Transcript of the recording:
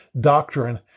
doctrine